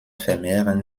vermehren